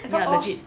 ya legit